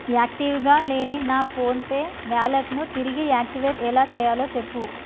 యాక్టివ్గా లేని నా ఫోన్పే వాలెట్ను తిరిగి యాక్టివేట్ ఎలా చేయాలో చెప్పు